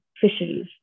fisheries